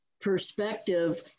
perspective